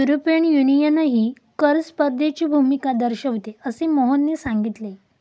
European युनियनही कर स्पर्धेची भूमिका दर्शविते, असे मोहनने सांगितले